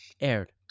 aired